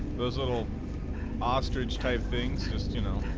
those little ostrich tie things just you know